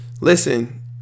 Listen